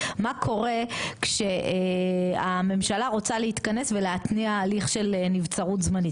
מה קורה כשהממשלה רוצה להתכנס ולהתניע הליך של נבצרות זמנית,